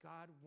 God